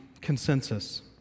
consensus